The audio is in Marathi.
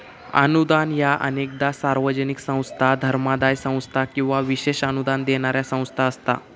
अनुदान ह्या अनेकदा सार्वजनिक संस्था, धर्मादाय संस्था किंवा विशेष अनुदान देणारा संस्था असता